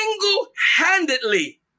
single-handedly